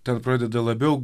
ten pradeda labiau